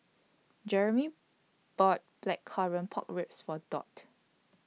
Jeramy bought Blackcurrant Pork Ribs For Dot